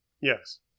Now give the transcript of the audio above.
yes